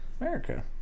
America